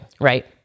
Right